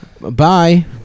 bye